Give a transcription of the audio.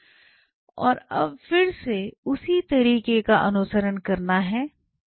और अब फिर से उसी तरीके का अनुसरण करना है